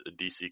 DC